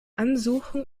ansuchen